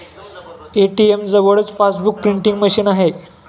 ATM जवळच passbook printing machine आहे